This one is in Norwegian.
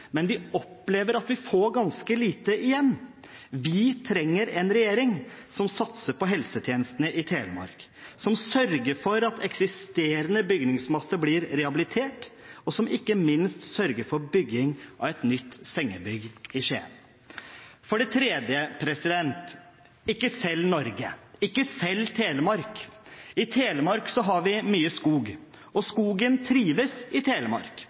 men vi opplever at vi får ganske lite igjen. Vi trenger en regjering som satser på helsetjenestene i Telemark, som sørger for at eksisterende bygningsmasse blir rehabilitert, og som ikke minst sørger for bygging av et nytt sengebygg i Skien. For det tredje: Ikke selg Norge – ikke selg Telemark. I Telemark har vi mye skog, og skogen trives i Telemark.